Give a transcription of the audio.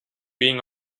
being